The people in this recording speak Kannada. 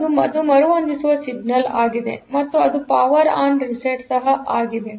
ಆದ್ದರಿಂದ ಅದು ಮರುಹೊಂದಿಸುವ ಸಿಗ್ನಲ್ವಾಗಿದೆ ಮತ್ತು ಇದು ಪವರ್ ಆನ್ ರಿಸೆಟ್ ಸಹ ಆಗಿದೆ